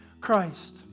Christ